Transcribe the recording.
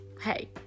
hey